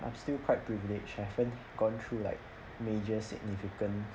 I'm still quite privileged I haven't gone through like major significant